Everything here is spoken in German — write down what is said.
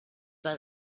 war